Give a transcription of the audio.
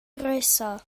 croeso